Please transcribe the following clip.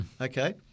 Okay